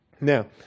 Now